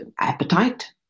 appetite